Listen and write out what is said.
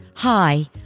Hi